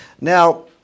Now